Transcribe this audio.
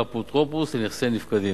לאפוטרופוס לנכסי נפקדים,